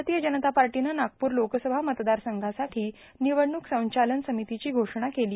भारतीय जनता पार्टीनं नागपूर लोकसभा मतदारसंघासाठी निवडणूक संचालन समितीची घोषणा केली